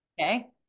okay